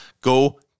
go